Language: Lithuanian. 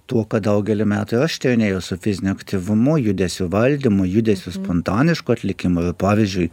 tuo kad daugelį metų aš tyrinėjau su fiziniu aktyvumu judesių valdymo judesių spontanišku atlikimu ir pavyzdžiui